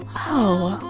oh,